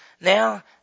Now